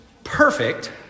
Perfect